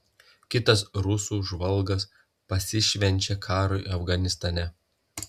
kitas rusų žvalgas pasišvenčia karui afganistane